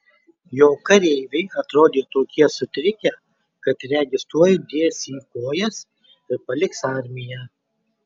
jo kareiviai atrodė tokie sutrikę kad regis tuoj dės į kojas ir paliks armiją